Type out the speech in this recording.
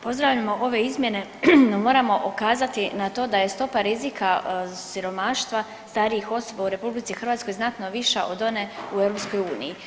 Pozdravljamo ove izmjene, ali moramo ukazati na to da je stopa rizika siromaštva starijih osoba u RH znatno viša od one u EU.